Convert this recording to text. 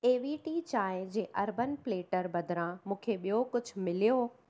ए V T चांहिं जे urban platter बदिरां मूंखे ॿियो कुझु मिलियो